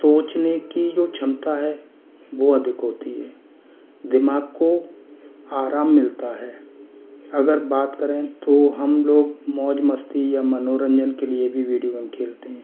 सोचने की जो क्षमता है वो अधिक होती है दिमाग को आराम मिलता है अगर बात करें तो हम लोग मौज मस्ती या मनोरंजन के लिए भी विडियो गेम खेलते हैं